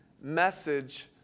message